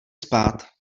spát